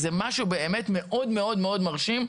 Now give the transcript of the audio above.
זה משהו באמת מאוד מאוד מרשים.